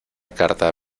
carta